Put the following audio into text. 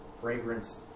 fragrance